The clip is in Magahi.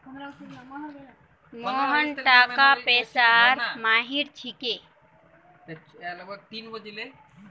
मोहन टाका पैसार माहिर छिके